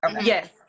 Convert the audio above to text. Yes